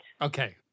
Okay